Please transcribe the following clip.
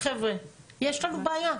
לנו בעיה.